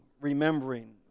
remembering